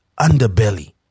underbelly